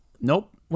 Nope